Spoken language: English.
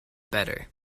better